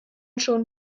schon